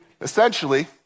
Essentially